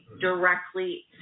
directly